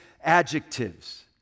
adjectives